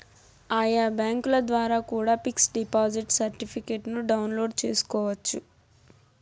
ఆయా బ్యాంకుల ద్వారా కూడా పిక్స్ డిపాజిట్ సర్టిఫికెట్ను డౌన్లోడ్ చేసుకోవచ్చు